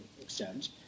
extent